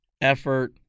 effort